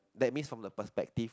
that means from the perspective